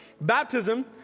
Baptism